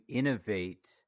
innovate